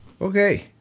Okay